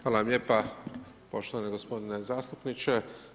Hvala vam lijepa, poštovani gospodine zastupniče.